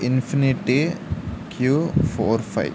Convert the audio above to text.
infinity Q four five